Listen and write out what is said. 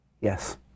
Yes